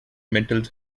mental